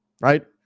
Right